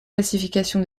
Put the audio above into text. classification